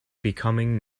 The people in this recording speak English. becoming